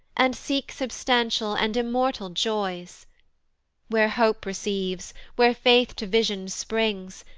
and seek substantial and immortal joys where hope receives, where faith to vision springs,